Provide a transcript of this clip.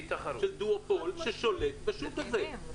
של דואופול ששולט בשוק הזה.